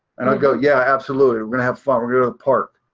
and i'll go yeah, absolutely. we're gonna have fun. we're gonna park.